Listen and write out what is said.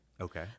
okay